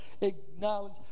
acknowledge